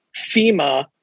FEMA